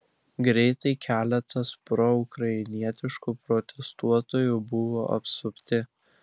greitai keletas proukrainietiškų protestuotojų buvo apsupti